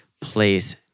place